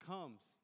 Comes